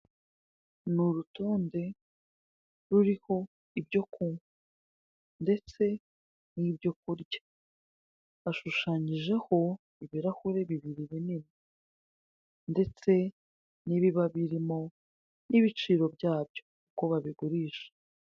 Ni urutonde ruriho ibyo kunywa ndetse n'ibyo kurya hashushanyijeho ibirahure bibiri binini ndetse n'ibiba birimo n'ibiciro byabyo uko babigurisha.